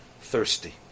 thirsty